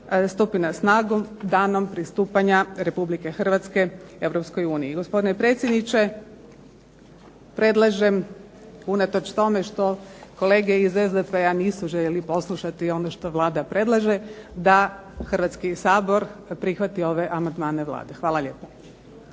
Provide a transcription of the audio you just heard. stupi na snagu danom pristupanja Republike Hrvatske EU. Gospodine predsjedniče predlažem, unatoč tome što kolege iz SDP-a nisu željeli poslušati ono što Vlada predlaže, da Hrvatski sabor prihvati ove amandmane Vlade. Hvala lijepo.